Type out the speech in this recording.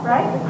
Right